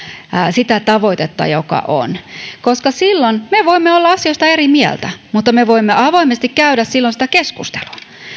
sitä tavoitetta joka on koska me voimme olla asioista eri mieltä mutta me voimme avoimesti käydä silloin sitä keskustelua